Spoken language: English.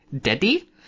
daddy